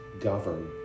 govern